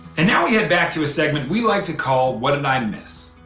and now we head back to a segment we like to call what did i miss?